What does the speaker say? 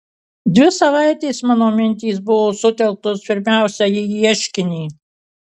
dvi savaitės mano mintys buvo sutelktos pirmiausia į ieškinį